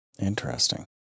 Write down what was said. Interesting